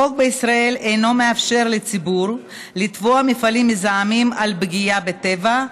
החוק בישראל אינו מאפשר לציבור לתבוע מפעלים מזהמים על פגיעה בטבע,